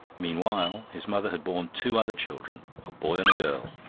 meanwhile, his mother had borne two other children, a boy and a girl,